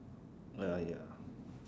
ya ya